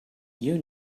you